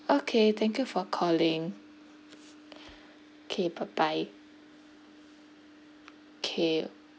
okay thank you for calling okay bye bye K